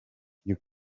you